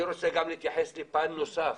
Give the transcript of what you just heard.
אני רוצה גם להתייחס לפן נוסף